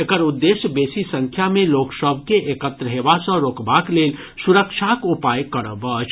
एकर उद्देश्य बेसी संख्या मे लोक सभ के एकत्र हेबा सँ रोकबाक लेल सुरक्षाक उपाय करब अछि